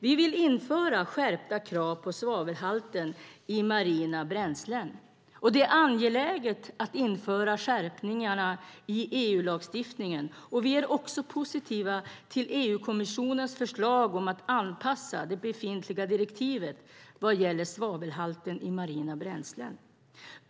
Vi vill införa skärpta krav på svavelhalten i marina bränslen. Det är angeläget att införa skärpningarna i EU-lagstiftningen. Vi är också positiva till EU-kommissionens förslag om att anpassa det befintliga direktivet vad gäller svavelhalt i marina bränslen.